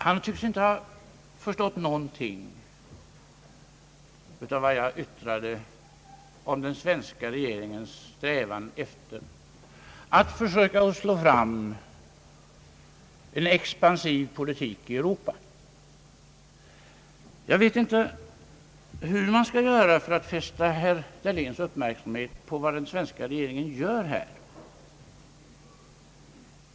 Han tycks inte ha förstått någonting av vad jag yttrade om den svenska regeringens strävan att försöka få fram en expansiv politik i Europa. Jag vet inte hur man skall göra för att fästa herr Dahléns uppmärksamhet på vad den svenska regeringen gör i det avseendet.